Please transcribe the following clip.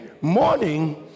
morning